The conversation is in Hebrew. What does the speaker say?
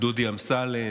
דודי אמסלם,